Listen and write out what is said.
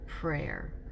prayer